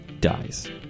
dies